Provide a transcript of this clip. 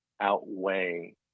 outweigh